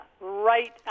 right